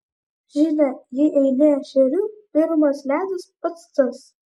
žinia jei eini ešerių pirmas ledas pats tas